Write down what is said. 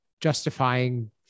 justifying